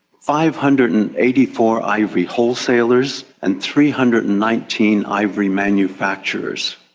five hundred and eighty four ivory wholesalers and three hundred and nineteen ivory manufacturers.